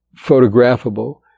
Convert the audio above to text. photographable